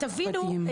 תבינו,